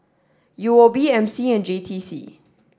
U O B M C and J T C